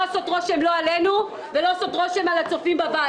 עושות רושם לא עלינו ולא על הצופים בבית.